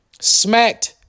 smacked